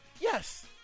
Yes